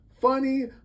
funny